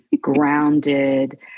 grounded